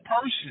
person